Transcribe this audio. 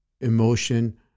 emotion